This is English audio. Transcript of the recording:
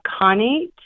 conate